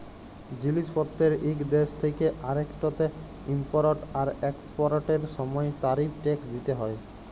জিলিস পত্তের ইক দ্যাশ থ্যাকে আরেকটতে ইমপরট আর একসপরটের সময় তারিফ টেকস দ্যিতে হ্যয়